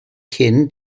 cyn